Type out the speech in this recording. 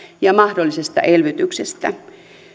ja mahdollisesta elvytyksestä